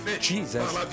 jesus